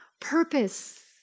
purpose